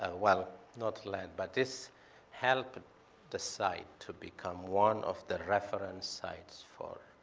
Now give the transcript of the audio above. ah well, not led, but this helped the site to become one of the reference sites for